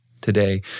today